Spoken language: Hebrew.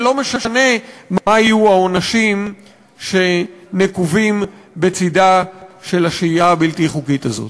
ולא משנה מה יהיו העונשים שנקובים בצדה של השהייה הבלתי-חוקית הזאת.